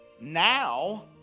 now